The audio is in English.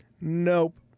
Nope